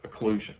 occlusion